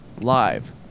Live